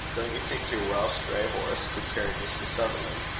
don't you think your welsh dray-horse could carry mr. sutherland?